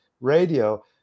radio